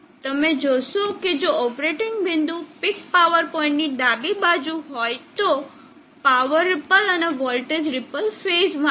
તમે જોશો કે જો ઓપરેટિંગ બિંદુ પીક પાવર પોઇન્ટની ડાબી બાજુ હોય તો પાવર રીપલ અને વોલ્ટેજ રીપલ ફેઝમાં છે